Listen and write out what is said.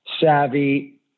savvy